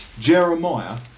Jeremiah